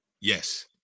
yes